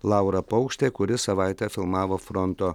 laura paukštė kuri savaitę filmavo fronto